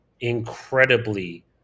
incredibly